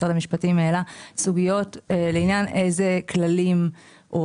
משרד המשפטים העלה סוגיות לעניין איזה כללים או